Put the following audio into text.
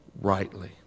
rightly